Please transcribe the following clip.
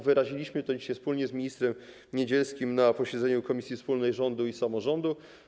Wyraziliśmy to dzisiaj wspólnie z ministrem Niedzielskim na posiedzeniu komisji wspólnej rządu i samorządu.